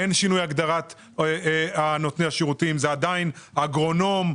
אין שינוי הגדרת נותני השירותים; זה עדיין אגרונום,